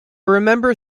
remember